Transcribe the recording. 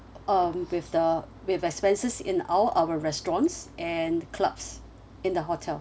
um with the with expenses in all our restaurants and clubs in the hotel